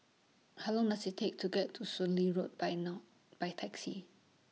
How Long Does IT Take to get to Soon Lee Road By now By Taxi